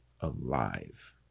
alive